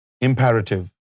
imperative